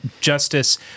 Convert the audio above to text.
justice